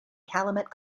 calumet